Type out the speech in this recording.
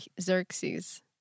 Xerxes